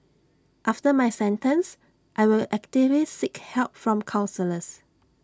after my sentence I will actively seek help from counsellors